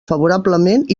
favorablement